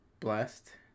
blessed